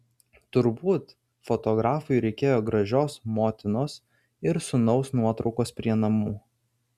turbūt fotografui reikėjo gražios motinos ir sūnaus nuotraukos prie namų